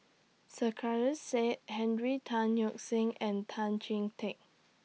Sarkasi Said Henry Tan Yoke See and Tan Chee Teck